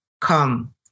come